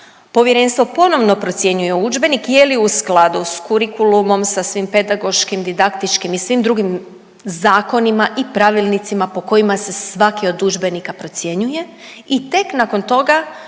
Povjerenstvo ponovno procjenjuje udžbenik je li u skladu s kurikulumom, sa svim pedagoškim, didaktičkim i svim drugim zakonima i pravilnicima po kojim se svaki od udžbenika procjenjuje i tek nakon toga